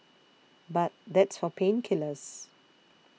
but that's for pain killers